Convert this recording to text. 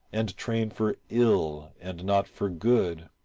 and train for ill and not for good.